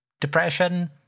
depression